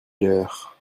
leurs